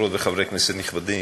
חברות וחברי כנסת נכבדים,